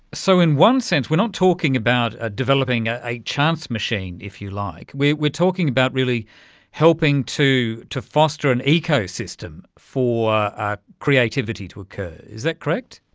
so in one sense we're not talking about ah developing a chance machine, if you like, we're we're talking about really helping to to foster an ecosystem for ah creativity to occur. is that correct?